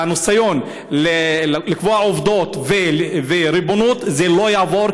והניסיון לקבוע עובדות וריבונות זה לא יעבור,